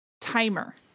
timer